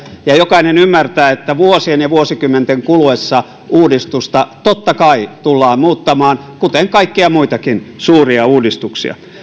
ja jokainen ymmärtää että vuosien ja vuosikymmenten kuluessa uudistusta totta kai tullaan muuttamaan kuten kaikkia muitakin suuria uudistuksia